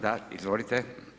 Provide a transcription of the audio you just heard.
Da, izvolite.